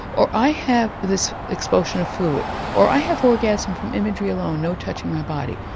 or i have this expulsion of fluid, or i have orgasm from imagery alone, no touching my body'.